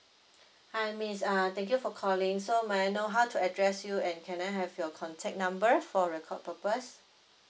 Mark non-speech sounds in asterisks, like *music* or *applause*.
*breath* hi miss uh thank you for calling so may I know how to address you and can I have your contact number for record purpose